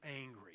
angry